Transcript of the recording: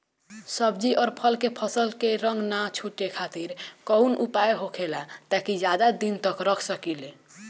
सब्जी और फल के फसल के रंग न छुटे खातिर काउन उपाय होखेला ताकि ज्यादा दिन तक रख सकिले?